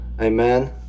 amen